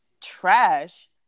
trash